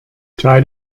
tied